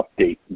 update